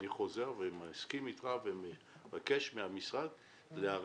אני מסכים עם מאיר שמש ומבקש מהמשרד לתת